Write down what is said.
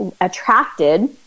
attracted